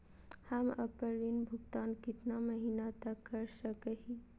हम आपन ऋण भुगतान कितना महीना तक कर सक ही?